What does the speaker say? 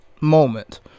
moment